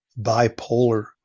bipolar